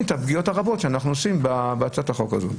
את הפגיעות הרבות שאנחנו עושים בהצעת החוק הזאת.